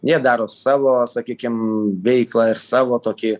jie daro savo sakykim veiklą ir savo tokį